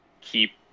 keep